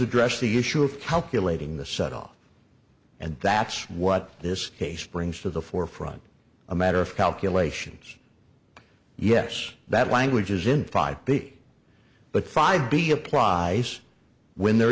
addressed the issue of calculating the subtle and that's what this case brings to the forefront a matter of calculations yes that language is in five b but five b apply when there